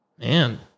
man